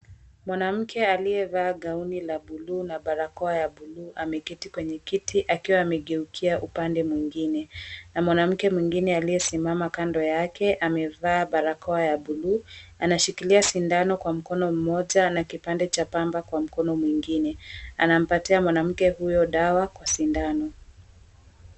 Mwanamke aliyevaa gauni la buluu na barakoa ya buluu ameketi kwenye kiti akiwa amegeukia upande mwingine. Na mwanamke mwingine aliyesimama kando yake amevaa barakoa ya buluu, anashikilia sindano kwa mkono mmoja na kipande cha pamba kwa mkono mwingine. Anampatia mwanamke huyo dawa kwa sindano.